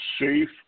safe